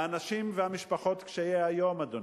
האנשים ומשפחות קשי היום, אדוני,